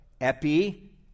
Epi